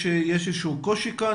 יש איזה שהוא קושי כאן?